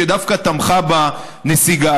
שדווקא תמכה בנסיגה.